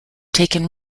taken